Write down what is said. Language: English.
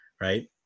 right